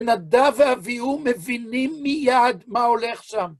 נדב ואביהו מבינים מיד מה הולך שם.